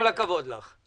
כל הכבוד לך.